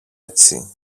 έτσι